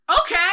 Okay